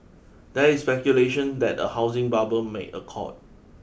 there is speculation that a housing bubble may occur